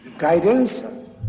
guidance